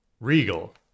Regal